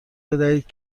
بدهید